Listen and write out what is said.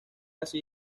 así